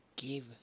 Give